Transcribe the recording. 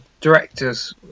directors